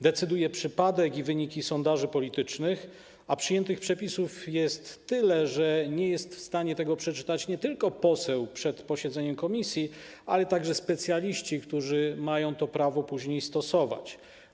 Decydują przypadek i wyniki sondaży politycznych, a przyjętych przepisów jest tyle, że nie jest w stanie tego przeczytać nie tylko poseł przed posiedzeniem komisji, ale także specjaliści, którzy mają to prawo później stosować.